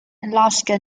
alaska